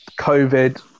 covid